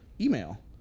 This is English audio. email